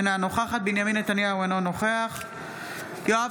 אינה נוכחת בנימין נתניהו, אינו נוכח יואב